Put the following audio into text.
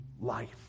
life